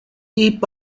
hip